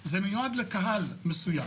אה, זה כל העניין שהוספתם.